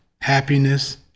happiness